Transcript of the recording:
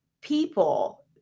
people